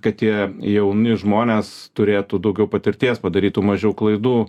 kad tie jauni žmonės turėtų daugiau patirties padarytų mažiau klaidų